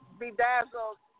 bedazzled